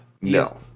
no